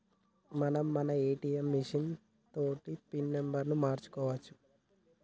మనం మన ATM machine తోటి పిన్ నెంబర్ను మార్చుకోవచ్చు